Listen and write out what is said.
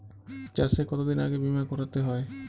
চাষে কতদিন আগে বিমা করাতে হয়?